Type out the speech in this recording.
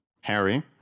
Harry